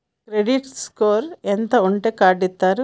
Credit score ఎంత ఉంటే card ఇస్తారు?